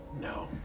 No